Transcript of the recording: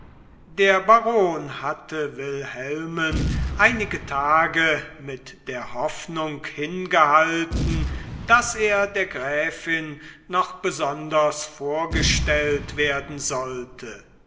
der baron hatte wilhelmen einige tage mit der hoffnung hingehalten daß er der gräfin noch besonders vorgestellt werden sollte